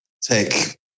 take